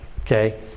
Okay